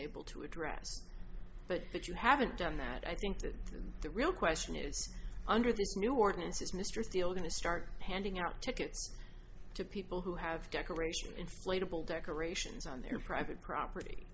able to address but that you haven't done that i think that the real question is under this new ordinance is mr steele going to start handing out tickets to people who have decorations inflatable decorations on their private property